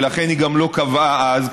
ולכן היא גם לא קבעה אז,